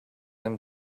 him